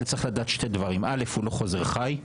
צריך לדעת שני דברים: א' הוא לא חוזר חי.